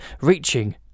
reaching